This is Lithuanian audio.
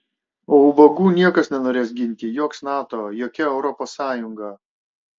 o ubagų niekas nenorės ginti joks nato jokia europos sąjunga